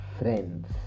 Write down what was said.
Friends